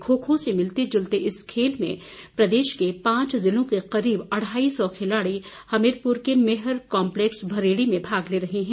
खो खो से मिलते जुलते इस खेल में प्रदेश के पांच जिलों के करीब अढाई सौ खिलाड़ी हमीरपुर के मेहर कॉम्पलेक्स भरेड़ी में भाग ले रहे हैं